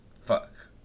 Fuck